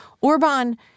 Orban